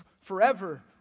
forever